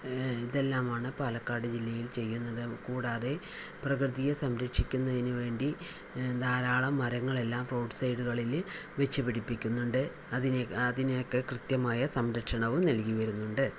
ഇതെല്ലാമാണ് പാലക്കാട് ജില്ലയിൽ ചെയ്യുന്നത് കൂടാതെ പ്രകൃതിയെ സംരക്ഷിക്കുന്നതിന് വേണ്ടി ധാരാളം മരങ്ങളെല്ലാം റോഡ് സൈഡുകളില് വച്ച് പിടിപ്പിക്കുന്നുണ്ട് അതിനെ അതിനേക്കെ കൃത്യമായി സംരക്ഷണവും നൽകി വരുന്നുണ്ട്